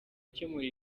ukemura